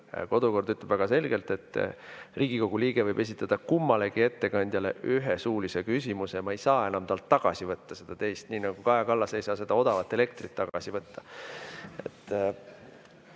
kodukord ütleb väga selgelt, et Riigikogu liige võib esitada kummalegi ettekandjale ühe suulise küsimuse. Ma ei saa enam talt tagasi võtta seda teist, nii nagu Kaja Kallas ei saa seda odavat elektrit tagasi võtta.